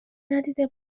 ندیده